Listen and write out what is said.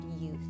youth